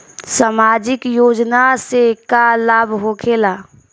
समाजिक योजना से का लाभ होखेला?